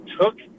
took